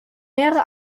mehrere